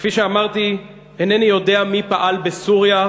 כפי שאמרתי, אינני יודע מי פעל בסוריה.